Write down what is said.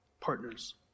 partners